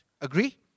Agree